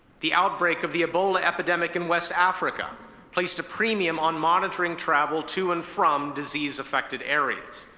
the outbreak of the ebola epidemic in west africa placed a premium on monitoring travel to and from disease-affected areas.